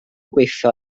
gweithio